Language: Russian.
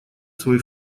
свой